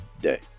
day